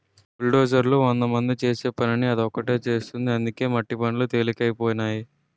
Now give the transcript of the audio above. బుల్డోజర్లు వందమంది చేసే పనిని అది ఒకటే చేసేస్తుంది అందుకే మట్టి పనులు తెలికైపోనాయి